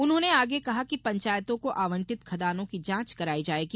उन्होंने आगे कहा कि पंचायतों को आवंटित खदानों की जांच कराई जायेगी